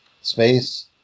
space